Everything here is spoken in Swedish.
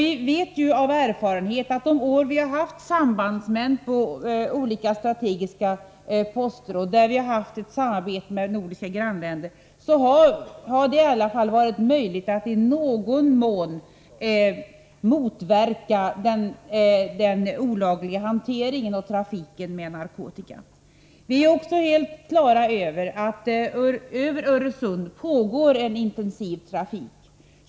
Vi vet av erfarenhet att de år vi har haft sambandsmän på olika strategiska poster och där vi har haft ett samarbete med nordiska grannländer har det i alla fall varit möjligt att i någon mån motverka den olagliga hanteringen och trafiken med narkotika. Vi är helt klara över att det över Öresund pågår en intensiv trafik.